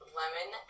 lemon